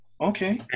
Okay